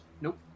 Nope